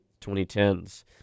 2010s